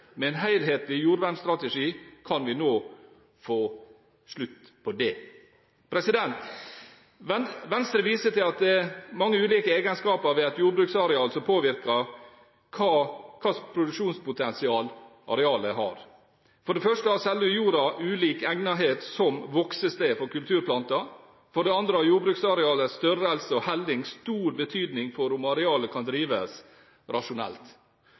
Med en helhetlig jordvernstrategi kan vi nå få en slutt på det. Venstre viser til at det er mange ulike egenskaper ved et jordbruksareal som påvirker hva slags produksjonspotensial arealet har. For det første har selve jorda ulik egnethet som voksested for kulturplanter. For det andre har jordbruksarealets størrelse og hellingsgrad stor betydning for om arealet kan drives rasjonelt.